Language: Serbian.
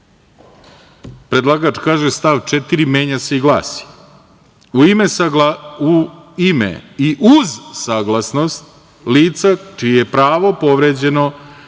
predlagač kaže – stav 4. menja se i glasi – u ime i uz saglasnost lica čije je pravo povređeno